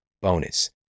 bonus